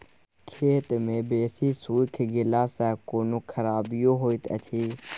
खेत मे बेसी सुइख गेला सॅ कोनो खराबीयो होयत अछि?